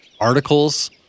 articles